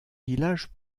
village